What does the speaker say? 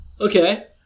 Okay